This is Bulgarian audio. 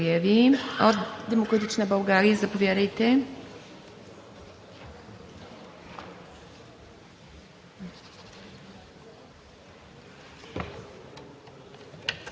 Благодаря Ви. От „Демократична България“ – заповядайте.